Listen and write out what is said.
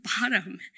bottom